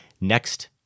next